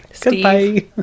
Goodbye